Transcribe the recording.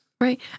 Right